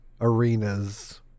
arenas